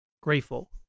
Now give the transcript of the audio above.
grateful